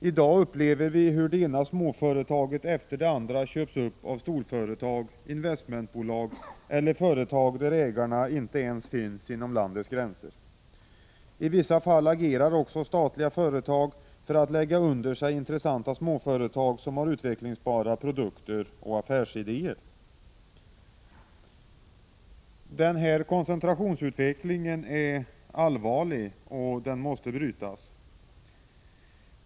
I dag upplever vi hur det ena småföretaget efter det andra köps upp av storföretag, investmentbolag eller företag där ägarna inte ens finns inom landets gränser. I vissa fall agerar också statliga företag för att lägga under sig intressanta småföretag som har utvecklingsbara produkter och affärsidéer. Denna utveckling mot en fortsatt koncentration är allvarlig och måste brytas.